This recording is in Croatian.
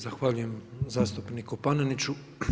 Zahvaljujem zastupniku Paneniću.